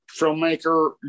filmmaker